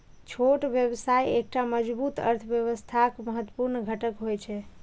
छोट व्यवसाय एकटा मजबूत अर्थव्यवस्थाक महत्वपूर्ण घटक होइ छै